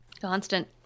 constant